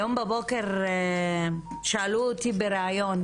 היום בבוקר שאלו אותי בראיון